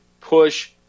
push